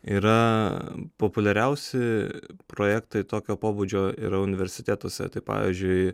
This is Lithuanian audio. yra populiariausi projektai tokio pobūdžio yra universitetuose tai pavyzdžiui